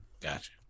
gotcha